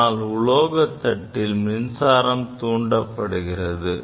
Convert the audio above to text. இதனால் உலோக தட்டில் மின்சாரம் தூண்டப்படுகிறது